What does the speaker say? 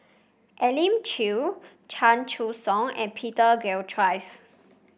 Elim Chew Chan Choy Siong and Peter Gilchrist